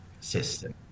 system